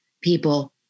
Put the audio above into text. people